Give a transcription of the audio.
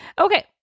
Okay